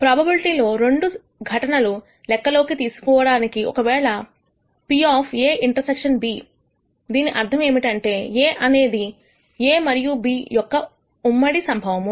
probability లో 2 రెండు సంఘటనలను లెక్కలోకి తీసుకోవడానికి ఒకవేళ pA∩B దీని అర్థం లో ఏమిటంటే A అనేది A మరియు B యొక్క ఉమ్మడి సంభవము